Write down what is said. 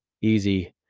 easy